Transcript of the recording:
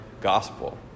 gospel